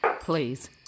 Please